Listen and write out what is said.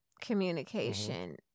communication